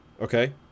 okay